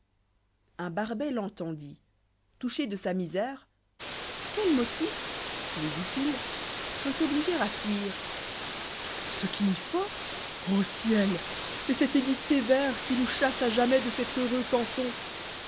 un barbet l'entendit touché dé sa misère quel motif lui dit-il peut t'obliger à fuir ce qui m'y force ô ciel et cet édit sévère qui nous chasse à jamais de cet heureux canton